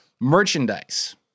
merchandise